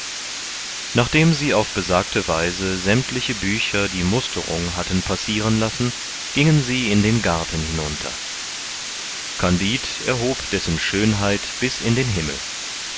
nachdem sie auf besagte weise sämmtliche bücher die musterung hatten passiren lassen gingen sie in den garten hinunter kandid erhob dessen schönheit bis in den himmel